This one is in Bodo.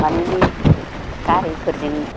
माने बे गारिफोरजों